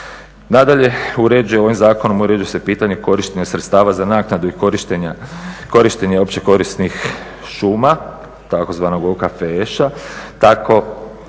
Nadalje uređuje, ovim Zakonom uređuju se pitanja korištenja sredstava za naknadu i korištenja opće korisnih šuma, tzv. OKFŠ-a tako